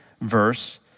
verse